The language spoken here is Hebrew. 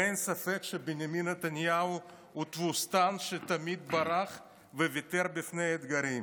ואין ספק שבנימין נתניהו הוא תבוסתן שתמיד ברח וויתר בפני אתגרים.